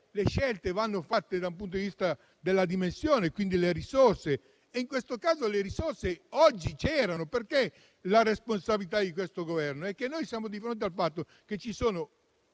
le scelte vanno fatte dal punto di vista della dimensione e quindi c'entrano le risorse. In questo caso le risorse oggi ci sarebbero. La responsabilità di questo Governo è che noi siamo di fronte al fatto che ci sono